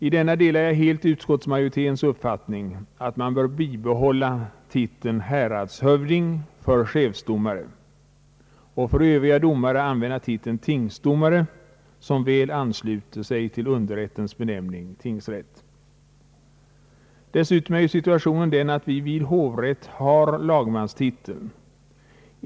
I denna delar jag helt utskottsmajoritetens uppfattning att man bör bibehålla titeln häradshövding för chefsdomare och för övriga domare använda titeln tingsdomare, som väl ansluter sig till underrättens benämning, «tingsrätt. Dessutom är situationen den att vi vid hovrätt har lagmanstiteln.